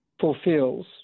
Fulfills